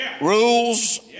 Rules